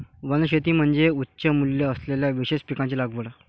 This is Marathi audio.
वनशेती म्हणजे उच्च मूल्य असलेल्या विशेष पिकांची लागवड